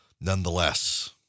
Nonetheless